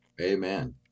Amen